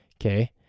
okay